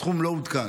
הסכום לא עודכן.